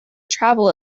travel